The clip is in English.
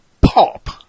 pop